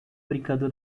brincando